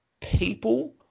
people